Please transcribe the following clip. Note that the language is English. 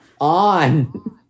on